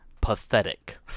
Pathetic